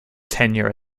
tenure